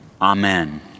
Amen